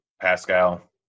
Pascal